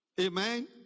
Amen